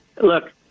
look